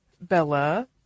Bella